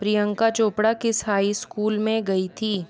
प्रियंका चोपड़ा किस high school में गई थी